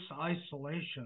isolation